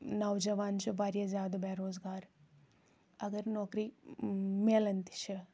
نوجَوان چھ واریاہ زیاد بےٚ روزگار اَگر نوکری مِلان تہِ چھ